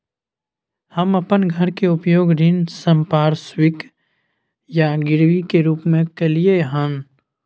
हम अपन घर के उपयोग ऋण संपार्श्विक या गिरवी के रूप में कलियै हन